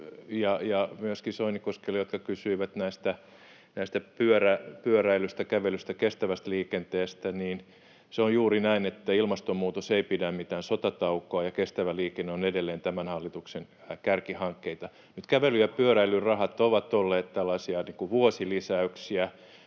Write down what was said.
ja myöskin Soinikoski kysyivät näistä pyöräilystä, kävelystä ja kestävästä liikenteestä. Se on juuri näin, että ilmastonmuutos ei pidä mitään sotataukoa ja kestävä liikenne on edelleen tämän hallituksen kärkihankkeita. Nyt kävely- ja pyöräilyrahat ovat olleet tällaisia vuosilisäyksiä,